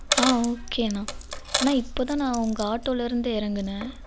ஆ ஓகேண்ணா அண்ணா இப்போ தான் நான் உங்கள் ஆட்டோவிலேருந்து இறங்குனேன்